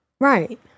Right